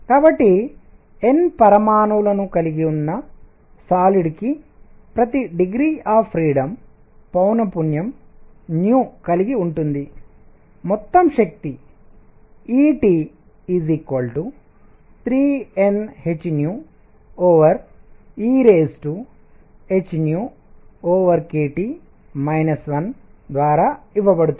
కాబట్టి N పరమాణువులను కలిగి ఉన్న సాలిడ్ ఘనానికి ప్రతి డిగ్రీ ఆఫ్ ఫ్రీడమ్ పౌనఃపున్యం కలిగి ఉంటుంది మొత్తం శక్తి E 3NhehkT 1 ద్వారా ఇవ్వబడుతుంది